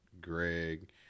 Greg